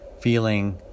feeling